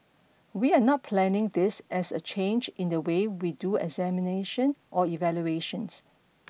we are not planning this as a change in the way we do examination or evaluations